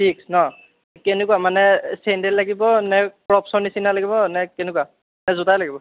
six ন' কেনেকুৱা মানে চেণ্ডেল লাগিব নে ক্ৰ'কছৰ নিচিনা লাগিব নে কেনেকুৱা নে জোতাই লাগিব